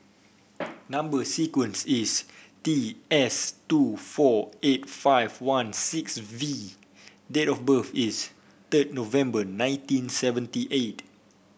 number sequence is T S two four eight five one six V date of birth is third November nineteen seventy eight